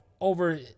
over